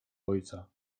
ojca